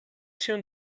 się